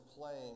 playing